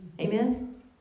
Amen